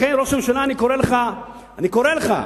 לכן, ראש הממשלה, אני קורא לך, אני קורא לך.